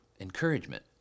encouragement